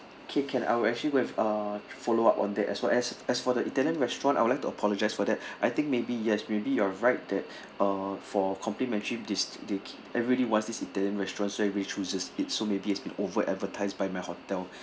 okay can I'll actually go and uh follow up on that as well as as for the italian restaurant I would like to apologise for that I think maybe yes maybe you're right that uh for complimentary this they everyone wants this italian restaurant so everybody chooses it so maybe it's been over advertised by my hotel